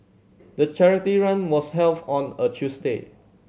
the charity run was held on a Tuesday